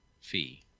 fee